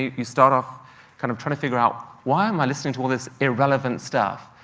you start off kind of trying to figure out, why am i listening to all this irrelevant stuff?